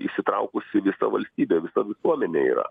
įsitraukusi visa valstybė visa visuomenė yra